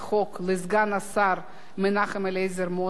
סגן השר מנחם אליעזר מוזס,